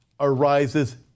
arises